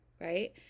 right